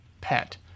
pet